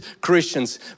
Christians